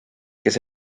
kes